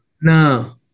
No